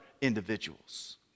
individuals